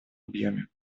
объеме